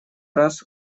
раз